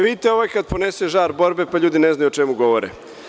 Vidite, ovo je kad ponese žar borbe, pa ljudi ne znaju o čemu govore.